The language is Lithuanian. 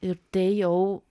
ir tai jau